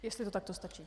Jestli to takto stačí.